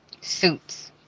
Suits